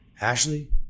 Ashley